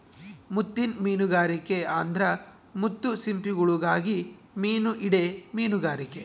ಮುತ್ತಿನ್ ಮೀನುಗಾರಿಕೆ ಅಂದ್ರ ಮುತ್ತು ಸಿಂಪಿಗುಳುಗಾಗಿ ಮೀನು ಹಿಡೇ ಮೀನುಗಾರಿಕೆ